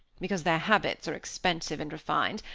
because their habits are expensive and refined,